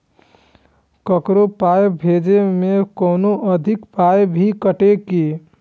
ककरो पाय भेजै मे कोनो अधिक पाय भी कटतै की?